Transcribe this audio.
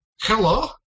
Hello